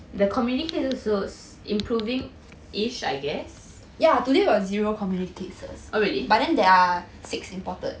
the community cases also improvingish I guess oh really